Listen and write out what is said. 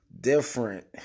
different